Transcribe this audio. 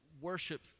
worship